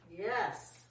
Yes